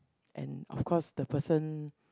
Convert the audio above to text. and of course the person